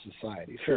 society